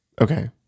okay